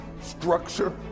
structure